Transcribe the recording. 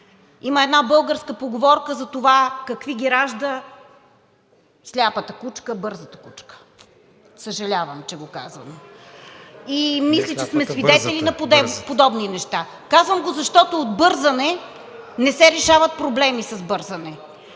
Има една българска поговорка за това какви ги ражда сляпата кучка, бързата кучка. Съжалявам, че го казвам, но мисля, че сме свидетели на подобни неща. Казвам го, защото не се решават проблемите с бързане.